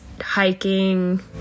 hiking